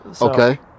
Okay